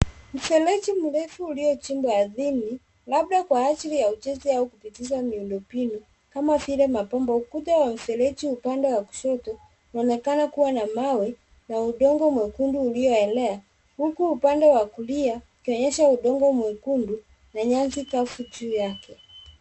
Mfereji mrefu ulichimbwa ardhini anda kwa ajili ya ujenzi au kupitisha miundo mbinu kama vile mabomba, ukuta au mfereji upande wa kushoto unaonekana kua na mawe na udongo mwekundu ulio elea. Huku upande wa kulia ukuonyesha udongo mwekundu na nyasi kavu juu yake.